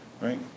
Right